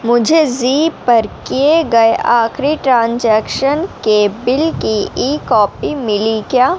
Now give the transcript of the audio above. مجھے زی پر کیے گئے آخری ٹرانجیکشن کے بل کی ای کاپی ملی کیا